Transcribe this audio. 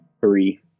Three